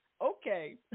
Okay